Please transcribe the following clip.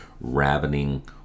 ravening